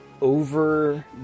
over